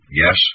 yes